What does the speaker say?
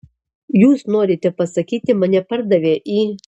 jūs norite pasakyti mane pardavė į